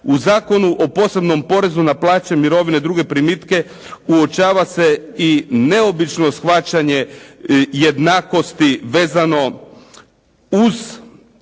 U Zakonu o posebnom porezu na plaće, mirovine i druge primitke uočava se i neobično shvaćanje jednakosti vezano uz